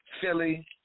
Philly